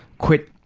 quit